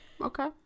Okay